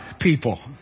people